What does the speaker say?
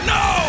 no